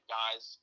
guys